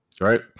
Right